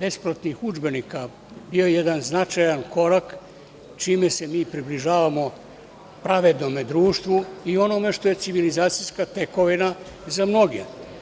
besplatnih udžbenika bio jedan značajan korak čime se mi približavamo pravednome društvu i onome što je civilizacijska tekovina za mnoge.